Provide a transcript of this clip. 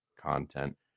content